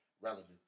relevant